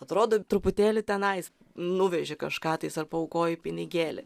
atrodo truputėlį tenais nuveži kažką tais ar paaukoji pinigėlį